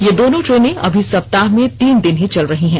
ये दोनों ट्रेनें अभी सप्ताह में तीन दिन ही चल रही हैं